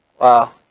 Wow